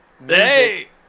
Music